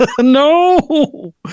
No